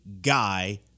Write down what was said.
guy